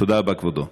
תודה רבה, כבודו.